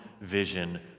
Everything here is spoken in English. vision